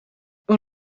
een